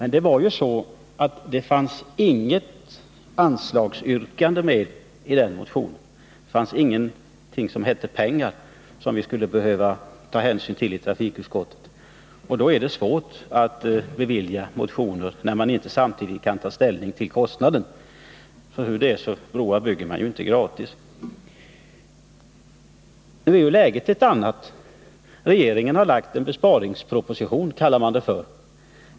I denna motion fanns det inget anslagsyrkande. Det fanns ingenting sagt om pengar som vi i trafikutskottet kunde ta hänsyn till. Och det är svårt att bevilja motioner, när man inte samtidigt kan ta ställning till kostnaden. Broar bygger man ju inte gratis. Nu är läget ett annat. Regeringen har lagt fram en s.k. besparingsproposition.